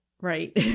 right